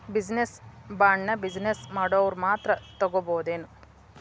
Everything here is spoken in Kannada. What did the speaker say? ಬಿಜಿನೆಸ್ ಬಾಂಡ್ನ ಬಿಜಿನೆಸ್ ಮಾಡೊವ್ರ ಮಾತ್ರಾ ತಗೊಬೊದೇನು?